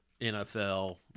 NFL